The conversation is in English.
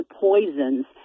poisons